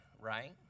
right